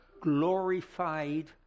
glorified